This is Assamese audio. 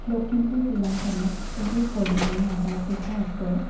লখিমপুৰ জিলাখনত বহু পৰিমাণে আৱাস গৃহ আছে